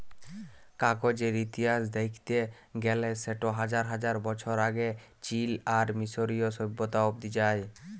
কাগজের ইতিহাস দ্যাখতে গ্যালে সেট হাজার হাজার বছর আগে চীল আর মিশরীয় সভ্যতা অব্দি যায়